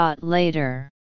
Later